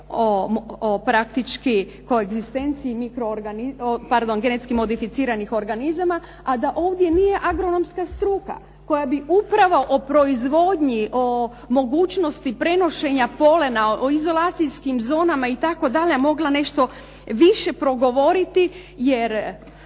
praktički o koegzistenciji genetski modificiranih organizama, a da ovdje nije agronomska struka koja bi upravo o proizvodnji, o mogućnosti prenošenja pole na izolacijskim zonama itd. mogla nešto više progovoriti, jer